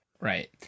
right